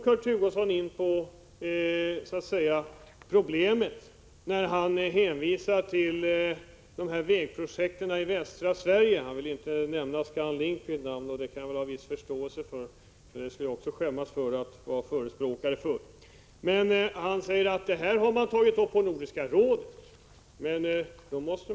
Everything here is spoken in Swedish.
Kurt Hugosson ville inte nämna Scan Link vid namn, och det kan jag ha viss förståelse för — jag skulle själv skämmas, om jag vore förespråkare för det projektet — men när han hänvisade till vägprojekt i västra Sverige, sade han att detta är någonting som man har tagit upp i Nordiska rådet.